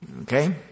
Okay